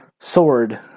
sword